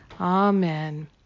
Amen